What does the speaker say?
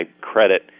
credit